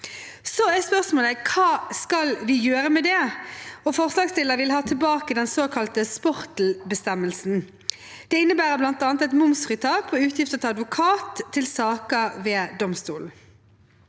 Så er spørsmålet: Hva skal vi gjøre med det? Forslagsstilleren vil ha tilbake den såkalte sportel-bestemmelsen. Det innebærer bl.a. momsfritak på utgifter til advokat i saker ved domstolen.